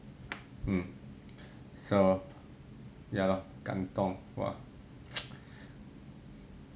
so lor 感动 !wah!